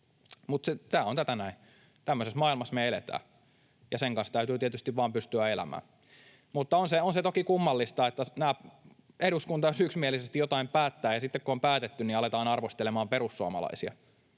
Mutta tämä on tätä näin. Tämmöisessä maailmassa me eletään, ja sen kanssa täytyy tietysti vaan pystyä elämään. Mutta on se toki kummallista, että jos eduskunta yksimielisesti jotain päättää ja sitten kun on päätetty, niin aletaan arvostelemaan perussuomalaisia.